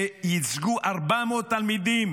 שייצגו 400 תלמידים,